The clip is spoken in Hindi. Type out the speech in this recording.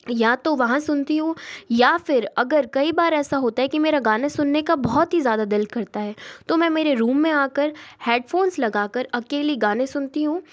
या तो वहाँ सुनती हूँ या फिर अगर कई बार ऐसा होता है कि मेरा गाना सुनने का बहुत ही ज़्यादा दिल करता है तो मैं मेरे रूम में आकर हेडफोंस लगाकर अकेली गाने सुनती हूँ